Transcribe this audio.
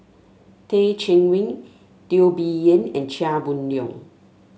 Teh Cheang Wan Teo Bee Yen and Chia Boon Leong